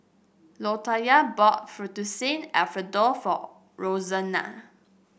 Latoyia bought Fettuccine Alfredo for Roxana